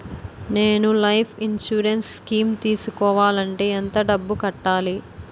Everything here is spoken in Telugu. నేను లైఫ్ ఇన్సురెన్స్ స్కీం తీసుకోవాలంటే ఎంత డబ్బు కట్టాలి?